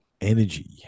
energy